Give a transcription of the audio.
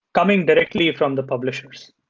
coming directly from the publishers